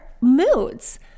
moods